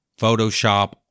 Photoshop